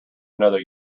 another